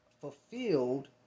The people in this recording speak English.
fulfilled